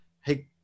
hey